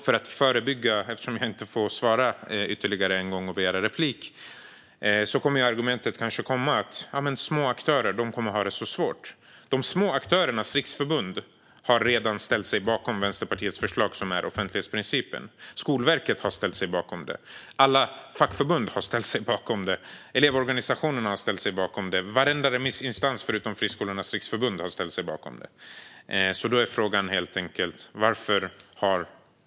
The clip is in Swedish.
För att förebygga eftersom jag inte får svara eller begära replik ytterligare en gång: Argumentet kommer kanske att komma att små aktörer kommer att få det svårt. De små aktörernas riksförbund har redan ställt sig bakom Vänsterpartiets förslag, som är offentlighetsprincipen. Skolverket har ställt sig bakom det. Alla fackförbund har ställt sig bakom det. Elevorganisationerna har ställt sig bakom det. Varenda remissinstans förutom Friskolornas riksförbund har ställt sig bakom det.